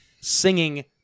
singing